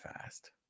fast